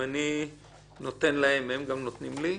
אם אני נותן להם, הם נותנים לי,